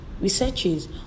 researches